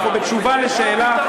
אנחנו בתשובה על שאלה,